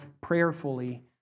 prayerfully